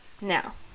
Now